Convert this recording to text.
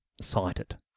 cited